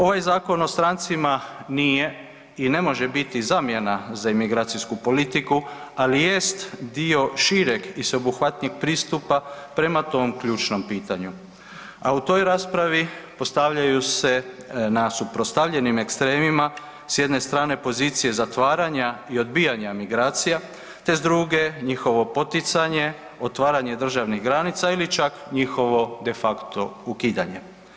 Ovaj Zakon o strancima nije i ne može biti zamjena za imigracijsku politiku, ali jest dio šireg i sveobuhvatnijeg pristupa prema tom ključnom pitanju, a u toj raspravi postavljaju se na suprotstavljenim ekstremima s jedne strane pozicije zatvaranja i odbijanja migracija te s druge njihovo poticanje, otvaranje državnih granica ili čak njihovo defacto ukidanje.